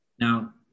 Now